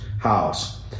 house